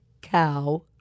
cow